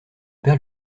père